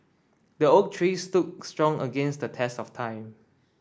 the oak tree stood strong against the test of time